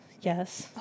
Yes